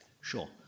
Sure